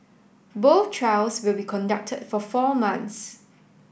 both trials will be conducted for four months